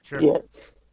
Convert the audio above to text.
Yes